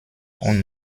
und